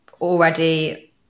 already